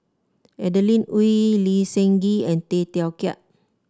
Adeline Ooi Lee Seng Gee and Tay Teow Kiat